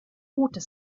water